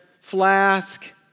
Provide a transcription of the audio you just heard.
flask